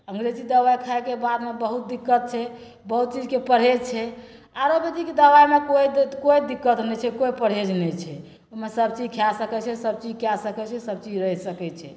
अन्गरेजी दवाइ खाएके बादमे बहुत दिक्कत छै बहुत चीजके परहेज छै आयुर्वेदिक दवाइमे कोइ दि कोइ दिक्कत नहि छै कोइ परहेज नहि छै ओहिमे सबचीज खै सकै छै सबचीज कै सकै छै सबचीज रहि सकै छै